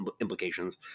implications